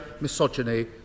misogyny